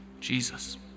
Jesus